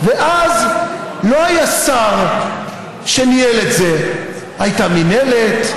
ואז לא היה שר שניהל את זה: הייתה מינהלת,